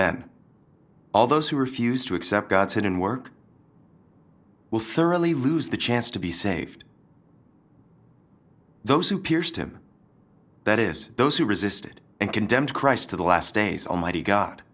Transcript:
then all those who refuse to accept god sin and work will thoroughly lose the chance to be saved those who pierced him that is those who resisted and condemned christ to the last days almighty god